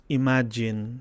imagine